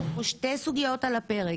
יש פה שתי סוגיות על הפרק,